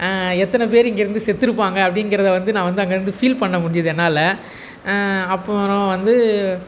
எத்தனை பேர் இங்கே இருந்து செத்து இருப்பாங்க அப்படிங்கறத வந்து நான் வந்து அங்கே இருந்து ஃபீல் பண்ணமுடியிது என்னால் அப்புறோம் வந்து